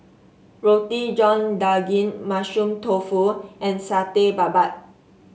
Roti John Daging Mushroom Tofu and Satay Babat